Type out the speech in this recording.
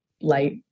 light